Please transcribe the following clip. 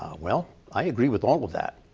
well, i agree with all of that.